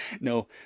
No